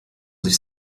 sich